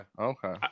Okay